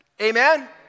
Amen